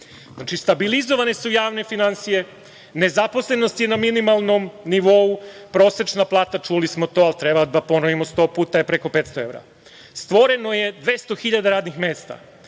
stabilizovane su javne finansije, nezaposlenost je na minimalnom nivou, prosečna plata, čuli smo to, ali treba da ponovimo sto puta, je preko 500 evra. Stvoreno je 200 hiljada radnih mesta.